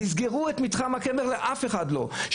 תסגרו את מתחם הקבר ושאף אחד לא ייכנס,